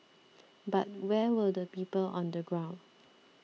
but where were the people on the ground